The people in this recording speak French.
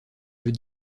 jeux